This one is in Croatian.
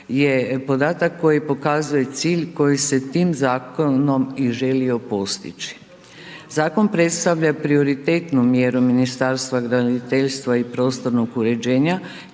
je podatak koji pokazuje i cilj koji se tim zakonom i želio postići. Zakon predstavlja prioritetnu mjeru Ministarstva graditeljstva i prostornog uređenja